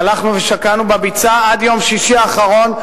והלכנו ושקענו בביצה, עד יום שישי האחרון,